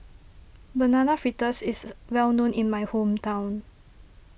Banana Fritters is well known in my hometown